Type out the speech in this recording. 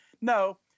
No